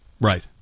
Right